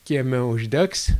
kieme uždegs